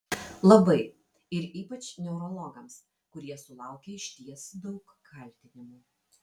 labai ir ypač neurologams kurie sulaukia išties daug kaltinimų